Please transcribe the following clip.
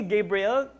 Gabriel